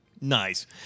Nice